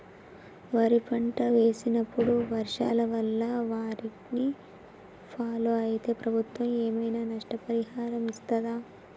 వరి పంట వేసినప్పుడు వర్షాల వల్ల వారిని ఫాలో అయితే ప్రభుత్వం ఏమైనా నష్టపరిహారం ఇస్తదా?